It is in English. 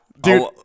Dude